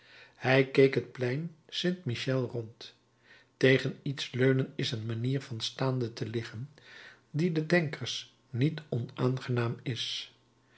hij keek het plein st michel rond tegen iets leunen is een manier van staande te liggen die den denkers niet onaangenaam is